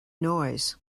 noise